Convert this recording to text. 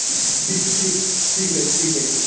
ਠੀਕ ਠੀਕ ਠੀਕ ਹੈ ਜੀ ਠੀਕ ਹੈ ਜੀ